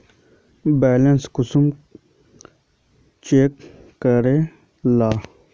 Balance कुंसम check करे लाल?